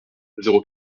zéro